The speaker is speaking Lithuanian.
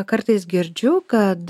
kartais girdžiu kad